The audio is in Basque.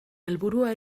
helburua